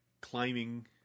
climbing